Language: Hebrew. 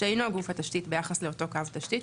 שאינו גוף התשתית ביחס לאותו קו תשתית,